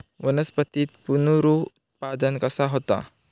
वनस्पतीत पुनरुत्पादन कसा होता?